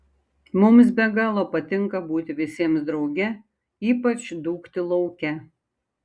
mums be galo patinka būti visiems drauge ypač dūkti lauke